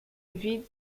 vide